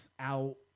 out